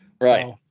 Right